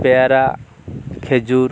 পেয়ারা খেজুর